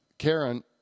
Karen